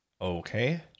okay